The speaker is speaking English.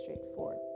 straightforward